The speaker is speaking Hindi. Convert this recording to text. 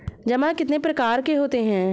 जमा कितने प्रकार के होते हैं?